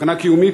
סכנה קיומית